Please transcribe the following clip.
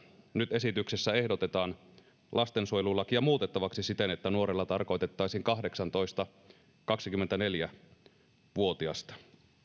nyt esityksessä ehdotetaan lastensuojelulakia muutettavaksi siten että nuorilla tarkoitettaisiin kahdeksantoista viiva kaksikymmentäneljä vuotiasta